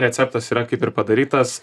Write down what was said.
receptas yra kaip ir padarytas